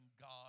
God